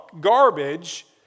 garbage